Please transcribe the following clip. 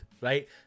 right